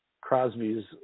Crosby's